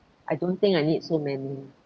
I don't think I need so many